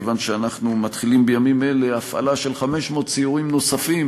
מכיוון שאנחנו מתחילים בימים אלה הפעלה של 500 סיורים נוספים,